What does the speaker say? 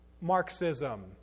Marxism